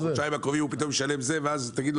בחודשיים הקרובים הוא משלם כך וכך, ואז תגיד לו